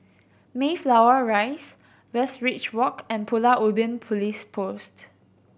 Mayflower Rise Westridge Walk and Pulau Ubin Police Post